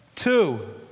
Two